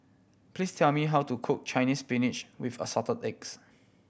please tell me how to cook Chinese Spinach with Assorted Eggs